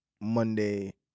Monday